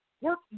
work